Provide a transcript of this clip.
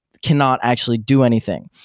cannot actually do anything.